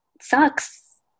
sucks